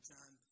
John